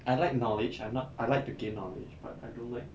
I like knowledge I'm not I like to gain knowledge but I don't like